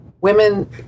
women